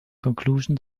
conclusion